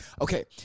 Okay